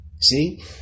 See